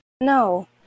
No